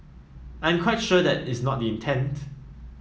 I'm quite sure that is not the intent